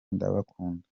ndabakunda